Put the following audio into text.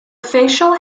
facial